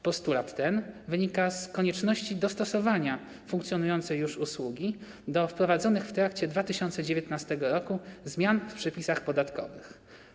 Postulat ten wynika z konieczności dostosowania funkcjonującej już usługi do wprowadzonych w trakcie 2019 r. zmian w przepisach podatkowych.